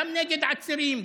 גם נגד עצירים,